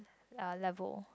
level